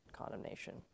condemnation